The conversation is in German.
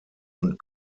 und